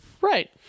Right